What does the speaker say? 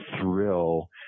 thrill